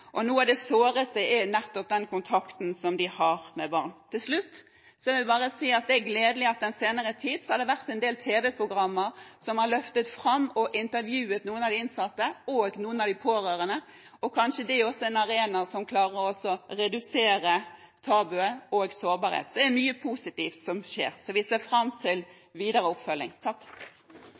og noe av det såreste er nettopp den kontakten som de har med barn. Til slutt vil jeg bare si at det er gledelig at det i den senere tid har vært en del tv-programmer som har løftet fram og intervjuet noen av de innsatte og noen av de pårørende. Kanskje dette også er en arena som klarer å redusere tabuet og sårbarheten. Så det er mye positivt som skjer, og vi ser fram til videre oppfølging.